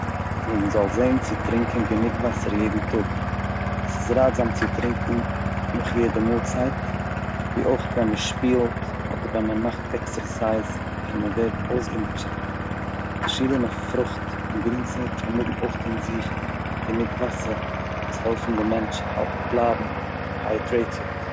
מען זאל זען צו טרונקן גענוג וואסער יעדן טאג, עס איז ראטזאם צו טרונקן נאך יעדע מאלצייט ווי אויך ווען מ'שפילט אדער ווען מען מאכט עקסערסייז ווען מ'ווערט אויסגעמוטשעט, פארשידענע פרוכט און גרינצייג פארמאגן אויך אין זיך גענוג וואסער וואס העלפן די מענטש בלייבן היידרעיטעד.